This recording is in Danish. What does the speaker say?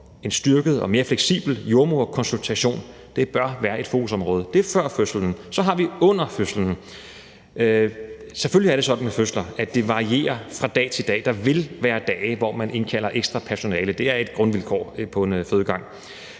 en styrket og mere fleksibel jordemoderkonsultation bør være fokusområder – det gælder før fødslen. Kl. 10:06 Så har vi så det, der sker under fødslen. Selvfølgelig er det sådan med fødsler, at det varierer fra dag til dag. Der vil være dage, hvor man indkalder ekstra personale, for det er et grundvilkår på en fødegang,